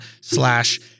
slash